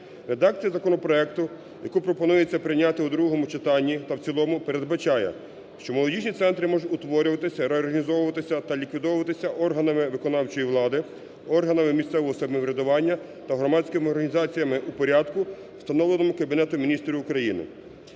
Редакція законопроекту, яку пропонується прийняти в другому читанні та в цілому передбачає, що молодіжні центри можуть утворюватися, реорганізовуватися та ліквідовуватися органами виконавчої влади, органами місцевого самоврядування та громадськими організаціями в порядку встановленому Кабінетом Міністрів України.